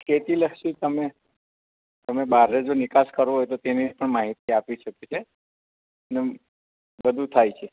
ખેતીલક્ષી તમે તમે બહારે જો નિકાસ કરવો હોય તો તેની પણ માહિતી આપી શકે છે ને એમ બધું થાય છે